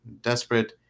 desperate